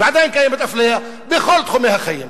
ועדיין קיימת אפליה בכל תחומי החיים.